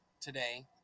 today